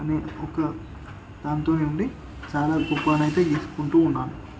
అని ఒక దానితోనే ఉండి చాలా గొప్పగా అయితే గీసుకుంటు ఉన్నాను